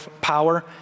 power